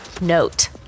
note